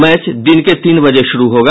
match दिन के तीन बजे शुरु होगा